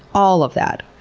all of that.